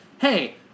hey